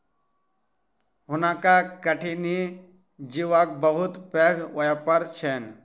हुनका कठिनी जीवक बहुत पैघ व्यापार छैन